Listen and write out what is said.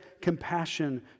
compassion